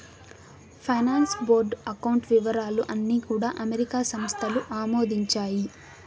finance board account వివరాలు అన్నీ కూడా అమెరికా సంస్థలు ఆమోదించాయి